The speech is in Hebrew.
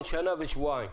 כוח אדם להליכים בירוקרטיים.